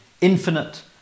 infinite